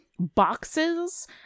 boxes